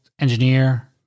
engineer